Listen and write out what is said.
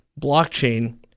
blockchain